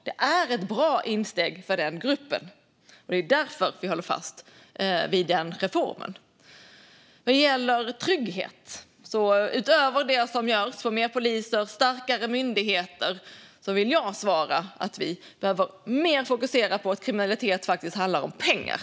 De är ett bra insteg för den gruppen, och det är därför vi håller fast vid den reformen. När det gäller trygghet vill jag svara att utöver det som görs för fler poliser och starkare myndigheter behöver vi fokusera mer på att kriminalitet faktiskt handlar om pengar.